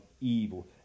evil